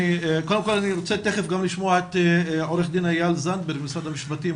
קודם כל אני רוצה תיכף גם לשמוע את עו"ד איל זנדברג ממשרד המשפטים.